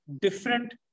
different